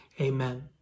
Amen